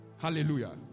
Hallelujah